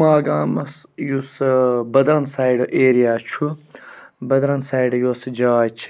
ماگامَس یُس ٲں بٔدرن سایڈٕ ایریا چھُ بٔدرَن سایڈٕ یۄس جاے چھِ